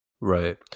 Right